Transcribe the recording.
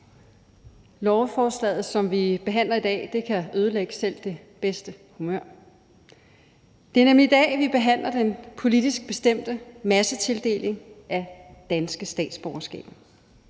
Lovforslaget, som vi behandler i dag, kan ødelægge selv det bedste humør. Det er nemlig i dag, vi behandler den politisk bestemte massetildeling af danske statsborgerskaber.